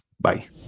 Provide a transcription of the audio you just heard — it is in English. bye